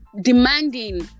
demanding